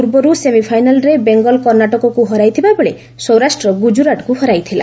ପୂର୍ବରୁ ସେମିଫାଇନାଲ୍ରେ ବେଙ୍ଗଲ କର୍ଣ୍ଣାଟକକୁ ହରାଇଥିବା ବେଳେ ସୌରାଷ୍ଟ୍ର ଗୁଜରାଟକୁ ହରାଇଥିଲା